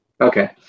Okay